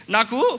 Naku